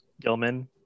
Gilman